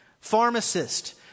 Pharmacist